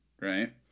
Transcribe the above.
right